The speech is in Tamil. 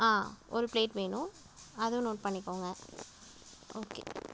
ஒரு ப்ளேட் வேணும் அதுவும் நோட் பண்ணிக்கோங்க ஓகே